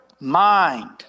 mind